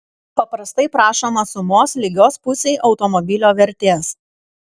paprastai prašoma sumos lygios pusei automobilio vertės